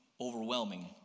overwhelming